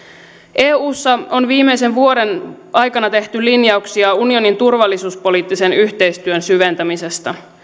eussa on viimeisen vuoden aikana tehty linjauksia unionin turvallisuuspoliittisen yhteistyön syventämisestä